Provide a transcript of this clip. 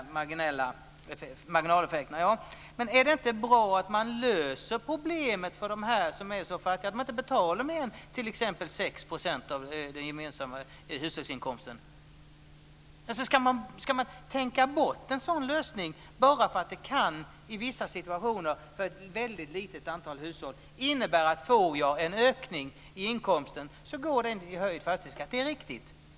Sedan återigen till marginaleffekterna. Är det inte bra att man löser problemet för dem som är så fattiga, så att de inte behöver betala mer än 6 % av den gemensamma hushållsinkomsten? Ska man tänka bort en sådan lösning bara för att det i vissa situationer för ett väldigt litet antal hushåll kan innebära att en höjd inkomst går till höjd fastighetsskatt?